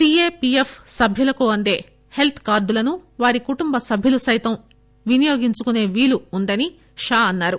CAPF సభ్యులకు అందే health కార్డులను వారి కుటుంబ సభ్యులు సైతం వినియోగించుకునే వీలు ఉందని షా అన్నారు